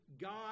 God